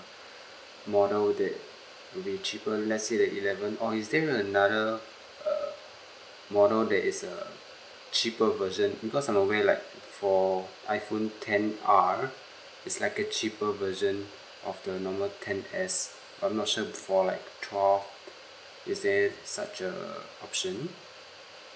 model that will be cheaper let's say the eleven or is there another uh model that is uh cheaper version because I'm aware like for iphone ten R it's like a cheaper version of the normal ten S I'm not sure for like twelve is there such a option